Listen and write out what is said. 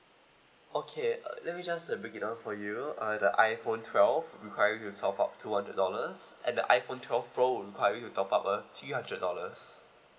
okay uh let me just uh break it down for you uh the iphone twelve require you to top up two hundred dollars and the iphone twelve pro would require you to top up a three hundred dollars